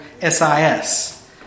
S-I-S